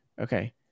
Okay